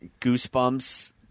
Goosebumps